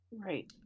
Right